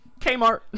Kmart